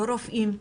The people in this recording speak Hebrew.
לא רופאים,